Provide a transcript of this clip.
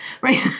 right